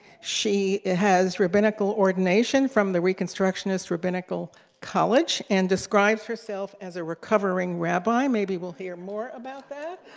she has rabbinical ordination from the reconstructionist rabbinical college, and describes herself as a recovering rabbi maybe we'll hear more about that.